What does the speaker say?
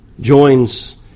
joins